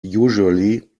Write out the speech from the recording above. usually